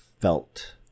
felt